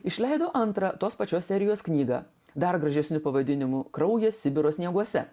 išleido antrą tos pačios serijos knygą dar gražesniu pavadinimu kraujas sibiro snieguose